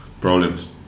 problems